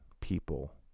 people